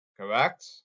Correct